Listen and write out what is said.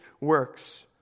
works